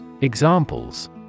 Examples